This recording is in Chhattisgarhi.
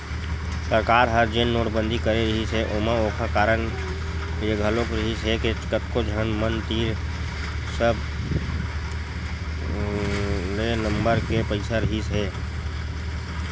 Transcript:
सरकार ह जेन नोटबंदी करे रिहिस हे ओमा ओखर कारन ये घलोक रिहिस हे के कतको झन मन तीर सब दू नंबर के पइसा रहिसे हे